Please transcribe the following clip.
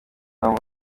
kunywa